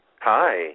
Hi